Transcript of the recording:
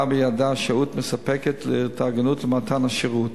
בידה שהות מספקת להתארגנות למתן השירות.